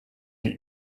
die